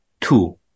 two